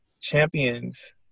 Champions